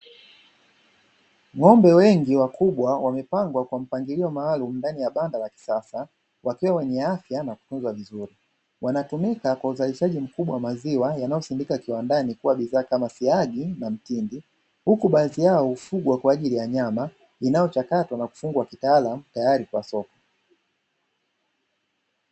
Ng'ombe wengi wakubwa wamepangwa kwa mpangilio maalumu ndani ya banda la kisasa wakiwa wenye afya na kutunzwa vizuri. Wanatumika kwa uzalishaji mkubwa wa maziwa yanayosindikwa kiwandani kuwa bidhaa kama siagi na mtindi, huku baadhi yao hufugwa kwa ajili ya nyama inayochakatwa na kufungwa kitaalamu tayari kwa soko.